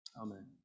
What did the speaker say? Amen